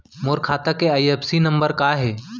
मोर खाता के IFSC number का हे?